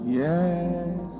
yes